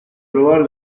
probar